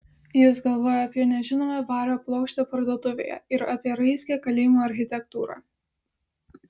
jis galvojo apie nežinomą vario plokštę parduotuvėje ir apie raizgią kalėjimo architektūrą